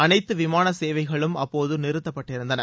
அனைத்து விமாள சேவைகளும் அப்போது நிறுத்தப்பட்டிருந்தன